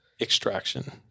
extraction